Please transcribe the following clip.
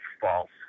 false